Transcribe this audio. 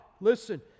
listen